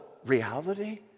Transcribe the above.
Reality